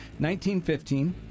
1915